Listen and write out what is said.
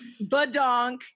badonk